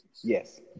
Yes